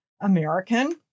American